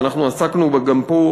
שאנחנו עסקנו בה גם פה,